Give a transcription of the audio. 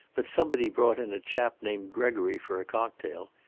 but somebody brought in a chap named gregory for a cocktail.